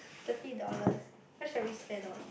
thirty dollars what shall we spend on